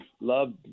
love